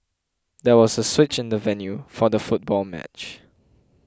there was a switch in the venue for the football match